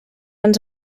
ens